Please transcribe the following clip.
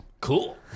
Cool